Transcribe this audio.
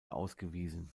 ausgewiesen